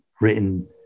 written